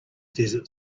desert